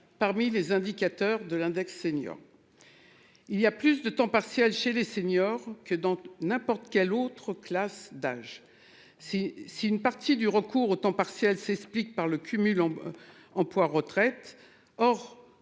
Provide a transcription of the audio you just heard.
Parmi les indicateurs de l'index senior. Il y a plus de temps partiel chez les seniors que dans n'importe quelle autre classe d'âge. Si si une partie du recours au temps partiel s'explique par le cumul. Emploi-retraite.